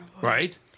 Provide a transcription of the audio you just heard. Right